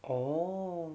orh